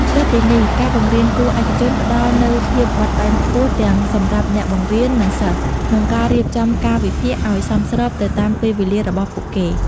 លើសពីនេះ ការបង្រៀនគួរឯកជនផ្តល់នូវភាពបត់បែនខ្ពស់ទាំងសម្រាប់អ្នកបង្រៀន និងសិស្ស ក្នុងការរៀបចំកាលវិភាគឲ្យសមស្របទៅតាមពេលវេលារបស់ពួកគេ។